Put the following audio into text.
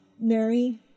Mary